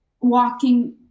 walking